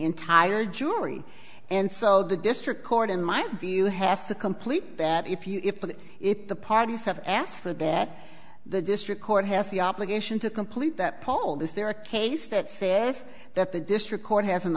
entire jury and so the district court in my view has to complete that if you if the if the parties have asked for that the district court has the obligation to complete that poll is there a case that says that the district court has an